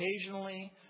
occasionally